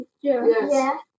Yes